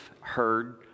heard